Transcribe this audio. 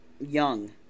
young